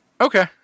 Okay